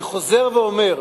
אני חוזר ואומר: